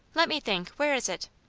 let me think, where is it?